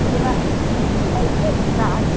ꯑꯗꯨꯅ ꯑꯩ ꯍꯦꯛ ꯂꯥꯛꯂꯒ